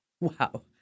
Wow